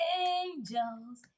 angels